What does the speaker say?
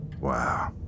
Wow